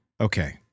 okay